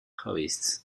hobbyists